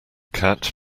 cat